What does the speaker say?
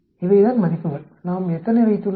இவைதான் மதிப்புகள் நாம் எத்தனை வைத்துள்ளோம்